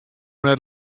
net